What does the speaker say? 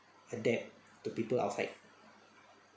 a debt to people outside